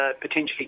potentially